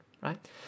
right